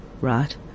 right